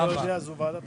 בוועדת